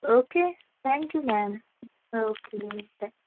okay thank you ma'am okay bye